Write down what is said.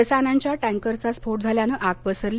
रसायानांच्या टँकरचा स्फोट झाल्यानं आग पसरली